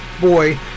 boy